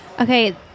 Okay